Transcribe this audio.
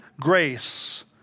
grace